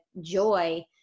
joy